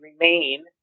remain